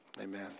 amen